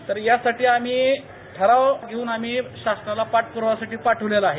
तर यासाठी आम्ही ठराव घेऊन आम्ही शासनाला पाठप्राव्यासाठी पाठवलेला आहे